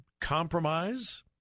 compromise